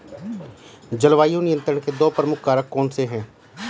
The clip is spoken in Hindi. जलवायु नियंत्रण के दो प्रमुख कारक कौन से हैं?